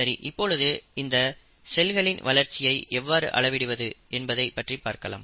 சரி இப்பொழுது இந்த செல்களின் வளர்ச்சியை எவ்வாறு அளவிடுவது என்பதை பற்றி பார்க்கலாம்